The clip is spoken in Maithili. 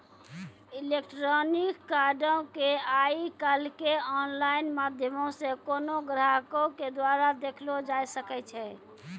इलेक्ट्रॉनिक कार्डो के आइ काल्हि आनलाइन माध्यमो से कोनो ग्राहको के द्वारा देखलो जाय सकै छै